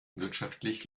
wirtschaftlich